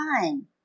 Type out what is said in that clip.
time